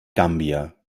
gambia